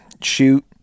shoot